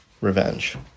revenge